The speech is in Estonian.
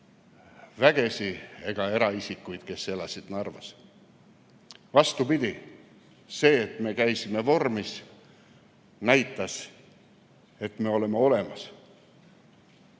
vägesid ega eraisikuid, kes elasid Narvas. Vastupidi, see, et me käisime vormis, näitas, et me oleme olemas.